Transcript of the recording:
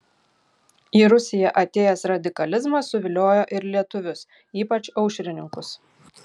į rusiją atėjęs radikalizmas suviliojo ir lietuvius ypač aušrininkus